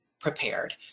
prepared